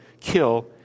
kill